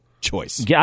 choice